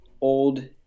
Old